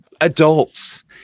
adults